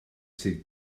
sydd